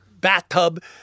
bathtub